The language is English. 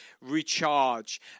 Recharge